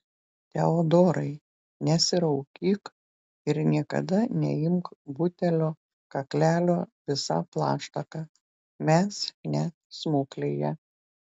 teodorai nesiraukyk ir niekada neimk butelio kaklelio visa plaštaka mes ne smuklėje